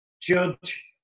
judge